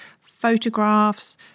photographs